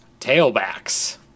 Tailbacks